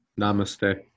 Namaste